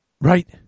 right